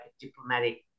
diplomatic